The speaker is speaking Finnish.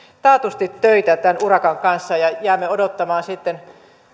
taatusti töitä tämän urakan kanssa jäämme odottamaan sitten